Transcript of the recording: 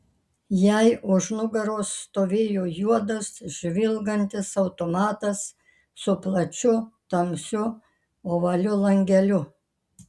jai už nugaros stovėjo juodas žvilgantis automatas su plačiu tamsiu ovaliu langeliu